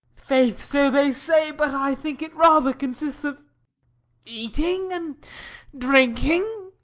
faith, so they say but i think it rather consists of eating and drinking.